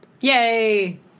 Yay